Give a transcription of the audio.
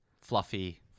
fluffy